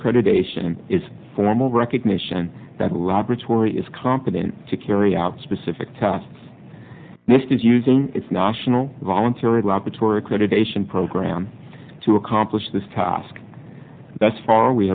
accreditation is formal recognition that laboratory is competent to carry out specific tests this is using its national voluntary laboratory accreditation program to accomplish this task that's far we